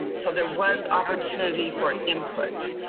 and so there was opportunity for input.